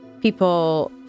people